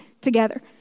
together